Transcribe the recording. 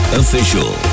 official